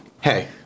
Hey